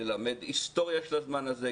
ללמד היסטוריה של הזמן הזה,